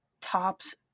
tops